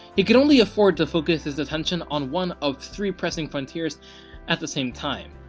he could only afford to focus his attention on one of three pressing frontiers at the same time,